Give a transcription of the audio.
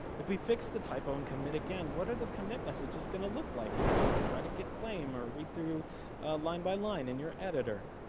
if we fix the typo and commit again, what are the commit messages gonna look like if you try to git blame or read through line by line in your editor.